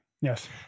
Yes